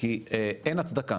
כי אין הצדקה